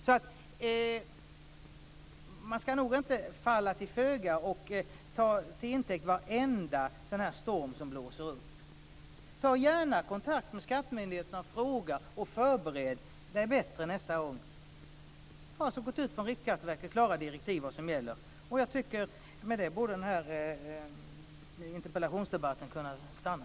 Man skall nog inte falla till föga och ta till intäkt varenda storm som blåser upp. Ta gärna kontakt med skattemyndigheterna och fråga och förbered dig bättre nästa gång. Det har alltså gått ut klara direktiv från Riksskatteverket om vad som gäller. Jag tycker att vid det borde den här interpellationsdebatten kunna stanna.